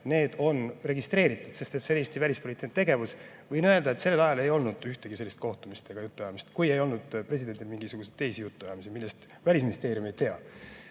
– on registreeritud, sest see on Eesti välispoliitiline tegevus. Võin öelda, et sellel ajal ei olnud ühtegi sellist kohtumist ega jutuajamist, kui just ei olnud presidendil mingisuguseid teisi jutuajamisi, millest Välisministeerium ei